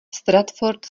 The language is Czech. stratford